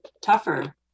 tougher